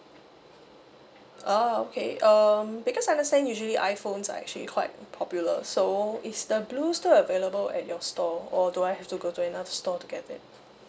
oh okay um because understand usually iphones are actually quite popular so is the blue still available at your store or do I have to go to another store to get it